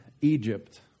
Egypt